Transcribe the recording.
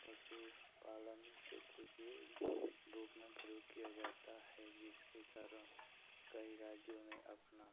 पशुपालन क्षेत्र के रूप में प्रयोग किया जाता है जिसके कारण कई राज्यों में अपना